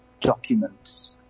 documents